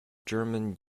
german